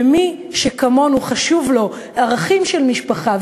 ומי שכמונו חשובים לו ערכים של משפחה,